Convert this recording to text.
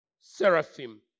seraphim